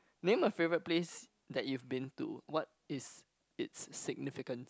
name a favourite place that you've been to what is it's significance